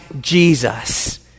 Jesus